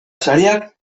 sariak